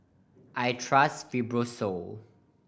I trust Fibrosol